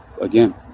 again